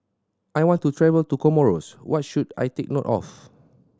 I want to travel to Comoros what should I take note of